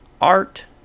art